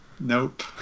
Nope